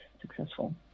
successful